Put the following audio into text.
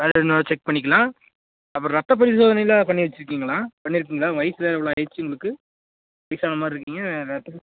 அது என்ன செக் பண்ணிக்கலாம் அப்புறம் ரத்த பரிசோதனையெலாம் பண்ணி வச்சிருக்கீங்களா பண்ணியிருக்கீங்களா உங்கள் வயசு வேற இவ்வளோ ஆயிடுச்சு உங்களுக்கு வயசான மாதிரி இருக்கீங்க ரத்த பரி